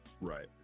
right